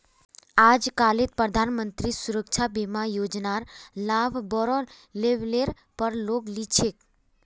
आजकालित प्रधानमंत्री सुरक्षा बीमा योजनार लाभ बोरो लेवलेर पर लोग ली छेक